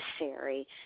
necessary